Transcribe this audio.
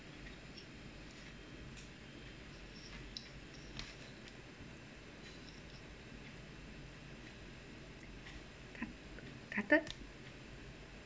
carter